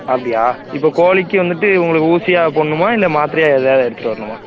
அப்படியா இப்போ கோழிக்கி வந்துட்டு உங்களுக்கு ஊசியாக போடணுமா இல்லை மாத்திரையா ஏதாவது எடுத்துகிட்டு வரணுமா